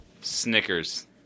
Snickers